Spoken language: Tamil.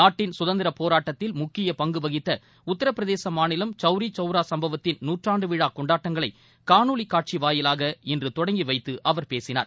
நாட்டின் சுதந்திரப் போராட்டத்தில் முக்கிய பங்கு வகித்த உத்திரபிரதேச மாநிலம் சௌரி சௌவ்ரா சம்பவத்தின் நூற்றாண்டு விழா கொண்டாட்டங்களை காணொலி காட்சி வாயிவாக இன்று தொடங்கி வைத்து அவர் பேசினார்